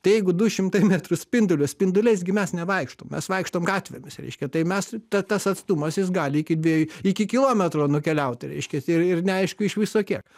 tai jeigu du šimtai metrų spinduliu o spinduliais gi mes nevaikštom mes vaikštom gatvėmis reiškia tai mes ta tas atstumas jis gali iki dviejų iki kilometro nukeliauti reiškias ir ir neaišku iš viso kiek